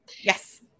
Yes